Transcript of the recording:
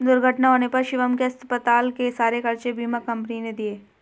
दुर्घटना होने पर शिवम के अस्पताल के सारे खर्चे बीमा कंपनी ने दिए